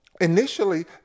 initially